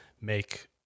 make